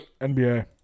nba